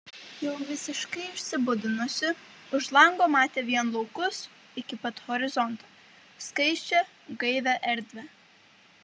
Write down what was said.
jau visiškai išsibudinusi už lango matė vien laukus iki pat horizonto skaisčią gaivią erdvę